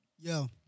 Yo